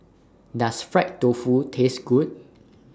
Does Fried Tofu Taste Good